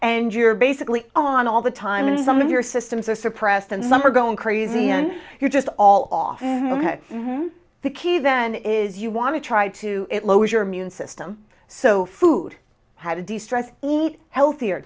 and you're basically on all the time in some of your systems are suppressed and some are going crazy and you're just all often the key then is you want to try to it lowers your immune system so food how to distress eat health